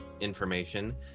information